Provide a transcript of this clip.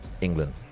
England